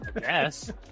yes